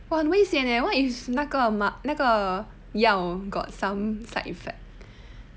!wah! 很危险 eh what if 那个药 got some side effects